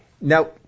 Now